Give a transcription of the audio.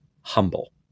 humble